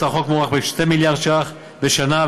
החוק מוערך ב-2 מיליארד שקלים בשנה,